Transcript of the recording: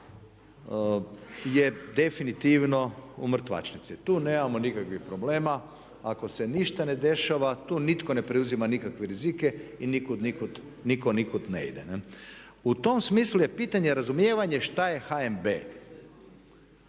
je definitivno u mrtvačnici. Tu nemamo nikakvih problema, ako se ništa ne dešava tu nitko ne preuzima nikakve rizike i nitko nikud ne ide. U tom smislu je pitanje razumijevanja što je HNB.